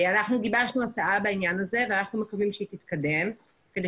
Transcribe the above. אנחנו גיבשנו הצעה בעניין הזה ואנחנו מקווים שהיא תתקדם כדי